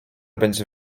będzie